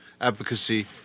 advocacy